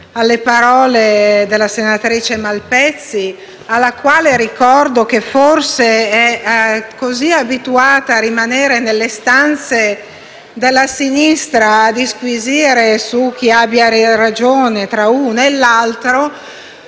alle parole della senatrice Malpezzi, alla quale ricordo che forse è così abituata a rimanere nelle stanze della sinistra a disquisire su chi abbia le ragioni, tra l'uno e l'altro,